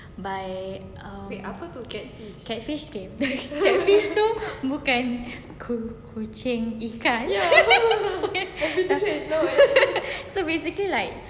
by um catfish K catfish tu bukan ku~ kucing ikan okay tapi so basically like